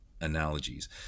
analogies